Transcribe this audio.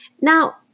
Now